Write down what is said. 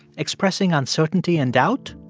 expressing uncertainty and doubt?